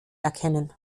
erkennen